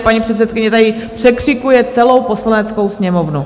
Paní předsedkyně tady překřikuje celou Poslaneckou sněmovnu.